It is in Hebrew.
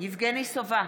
יבגני סובה,